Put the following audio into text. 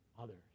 others